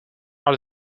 are